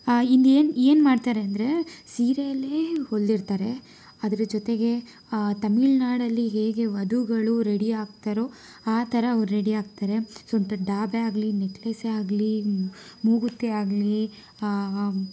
ಇಲ್ಲಿ ಏನು ಏನು ಮಾಡ್ತಾರೆ ಅಂದರೆ ಸೀರೆಯಲ್ಲೇ ಹೊಲಿದಿರ್ತಾರೆ ಅದರ ಜೊತೆಗೆ ತಮಿಳ್ ನಾಡಲ್ಲಿ ಹೇಗೆ ವಧುಗಳು ರೆಡಿ ಆಗ್ತಾರೋ ಆ ಥರ ಅವ್ರು ರೆಡಿ ಆಗ್ತಾರೆ ಸೊಂಟದ ಡಾಬೇ ಆಗಲಿ ನೆಕ್ಕ್ಲೆಸ್ಸೇ ಆಗಲಿ ಮೂಗುತಿ ಆಗಲಿ